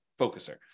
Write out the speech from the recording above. focuser